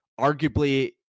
arguably